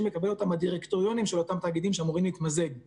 לקבל אותן הדירקטוריונים של אותם תאגידים שאמורים להתמזג.